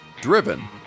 driven